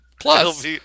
Plus